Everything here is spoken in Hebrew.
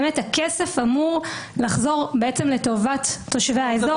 הכסף אמור לחזור לטובת תושבי האזור